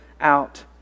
out